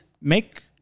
make